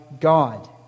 God